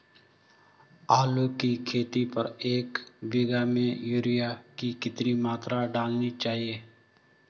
आलू की खेती पर एक बीघा में यूरिया की कितनी मात्रा डालनी चाहिए?